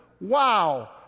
Wow